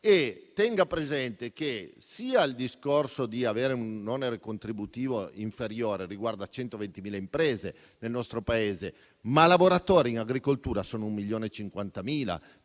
Tenga presente che il discorso di avere un onere contributivo inferiore riguarda 120.000 imprese nel nostro Paese, ma i lavoratori in agricoltura sono 1,05